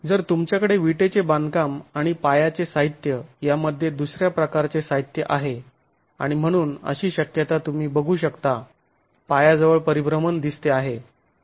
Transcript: तर तुमच्याकडे विटेचे बांधकाम आणि पायाचे साहित्य यामध्ये दुसऱ्या प्रकारचे साहित्य आहे आणि म्हणून अशी शक्यता तुम्ही बघू शकता पायाजवळ परिभ्रमण दिसते आहे आणि एक क्रॅक पायाजवळ तयार झाला आहे